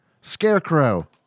Scarecrow